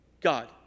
God